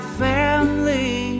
family